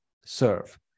serve